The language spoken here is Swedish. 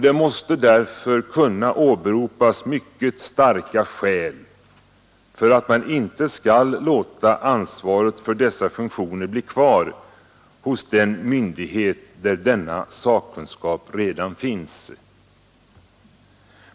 Det måste därför kunna åberopas mycket starka skäl för att man inte skall låta ansvaret för dessa funktioner bli kvar hos den myndighet där denna sakkunskap redan finns.